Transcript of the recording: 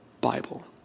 Bible